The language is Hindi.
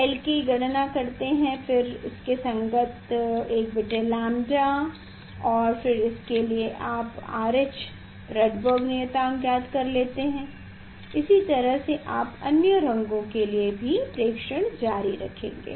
l की गणना करते हैं फिर इसके संगत 1लैंबड़ा और फिर इसके लिए आप RH राइड्बर्ग नियतांक ज्ञात कर लेते हैं इसी तरह से आप अन्य दो रंगों के लिए भी प्रेक्षण जारी रखेंगे